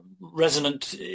resonant